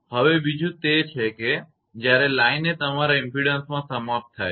હવે બીજું તે છે કે જ્યારે લાઇન એ તમારા ઇમપેડન્સમાં સમાપ્ત થાય છે